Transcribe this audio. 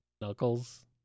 Knuckles